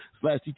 slash